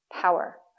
power